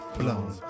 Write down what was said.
blown